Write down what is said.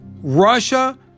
Russia